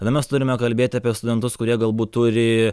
tada mes turime kalbėti apie studentus kurie galbūt turi